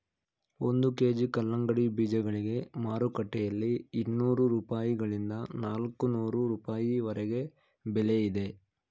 ಒಂದು ಕೆ.ಜಿ ಕಲ್ಲಂಗಡಿ ಬೀಜಗಳಿಗೆ ಮಾರುಕಟ್ಟೆಯಲ್ಲಿ ಇನ್ನೂರು ರೂಪಾಯಿಗಳಿಂದ ನಾಲ್ಕನೂರು ರೂಪಾಯಿವರೆಗೆ ಬೆಲೆ ಇದೆ